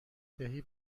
دهی